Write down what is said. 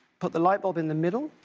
put the light bulb in the middle,